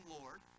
Lord